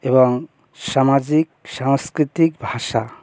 এবং সামাজিক সাংস্কৃতিক ভাষা